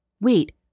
Wait